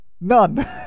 None